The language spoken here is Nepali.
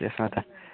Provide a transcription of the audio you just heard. त्यसमा त